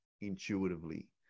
intuitively